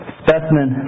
specimen